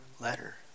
letter